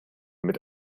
mit